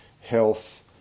health